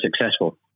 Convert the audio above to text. successful